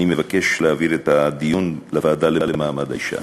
אני מבקש להעביר את הדיון לוועדה למעמד האישה.